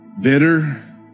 Bitter